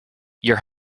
your